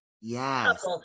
yes